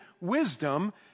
wisdom